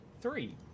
three